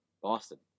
Boston